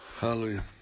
Hallelujah